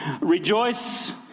Rejoice